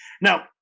Now